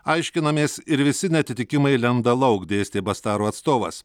aiškinamės ir visi neatitikimai lenda lauk dėstė bastaro atstovas